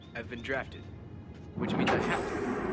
i've been drafted which means i have to go,